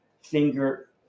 finger